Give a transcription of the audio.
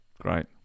Great